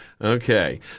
Okay